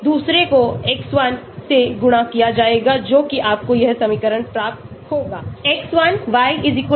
दूसरे को X1 से गुणा किया जाएगा जो कि आपको यह समीकरण प्राप्त होगा x1y m1x1 square m2 योग हैं X1x2 का c योग X1 का